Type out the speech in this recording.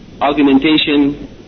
argumentation